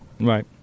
Right